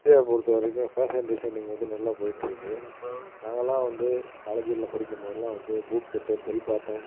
இந்தியாவை பொருத்த வரைக்கும் ஃபேஷன் டிசைனிங் வந்து நல்லா போயிட்டுருக்கு நாங்கலள்லாம் வந்து காலேஜ்களில் படிக்கும்போதெலாம் பூட் கட்டு பெல் பாட்டம்